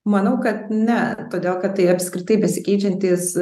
manau kad ne todėl kad tai apskritai besikeičiantis